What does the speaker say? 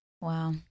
wow